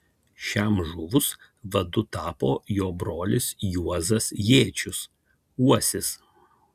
šiam žuvus vadu tapo jo brolis juozas jėčius uosis